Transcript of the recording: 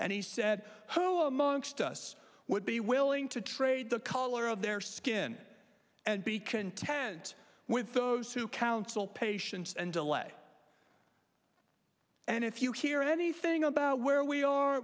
and he said how amongst us would be willing to trade the color of their skin and be content with those who counsel patience and delay and if you hear anything about where we are